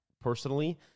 personally